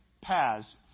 paths